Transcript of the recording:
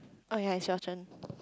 oh ya it's your turn